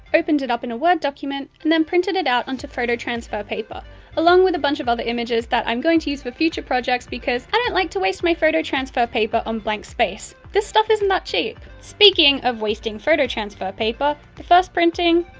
opened it up in a word document and then printed it out onto photo transfer paper along with a bunch of other images that i'm going to use for future projects, because i don't like to waste my photo transfer paper on blank space! this stuff isn't that cheap! speaking of wasting photo transfer paper, the first printing,